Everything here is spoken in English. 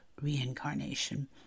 reincarnation